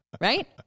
right